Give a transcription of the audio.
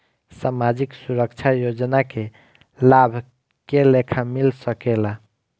सामाजिक सुरक्षा योजना के लाभ के लेखा मिल सके ला?